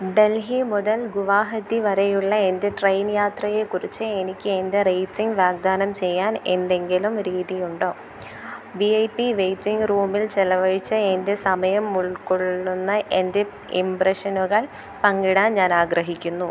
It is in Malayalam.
ഡൽഹി മുതൽ ഗുവാഹത്തി വരെയുള്ള എൻ്റെ ട്രെയിൻ യാത്രയെക്കുറിച്ച് എനിക്ക് എൻ്റെ റേറ്റിംഗ് വാഗ്ദാനം ചെയ്യാൻ എന്തെങ്കിലും രീതിയുണ്ടോ വി ഐ പി വെയ്റ്റിംഗ് റൂമിൽ ചിലവഴിച്ച എൻ്റെ സമയം ഉൾക്കൊള്ളുന്ന എൻ്റെ ഇംപ്രഷനുകൾ പങ്കിടാൻ ഞാൻ ആഗ്രഹിക്കുന്നു